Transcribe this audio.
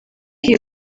iyi